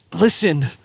listen